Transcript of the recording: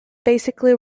basically